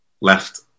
left